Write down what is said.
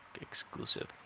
exclusive